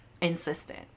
insistent